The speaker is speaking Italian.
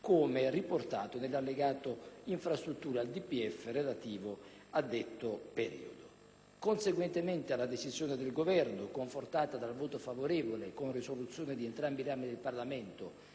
come riportato nell'Allegato infrastrutture al DPEF relativo a detto periodo. Conseguentemente alla decisione del Governo, confortata dal voto favorevole, con risoluzione di entrambi i rami del Parlamento,